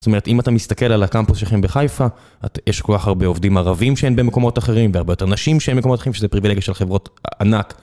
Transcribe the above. זאת אומרת, אם אתה מסתכל על הקמפוס שלכם בחיפה, יש כל כך הרבה עובדים ערבים שאין במקומות אחרים, והרבה יותר נשים שאין במקומות אחרים, שזה פריבילגיה של חברות ענק.